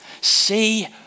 See